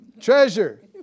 treasure